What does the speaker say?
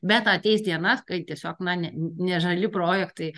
bet ateis diena kai tiesiog na ne žali projektai